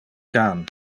can